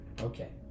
Okay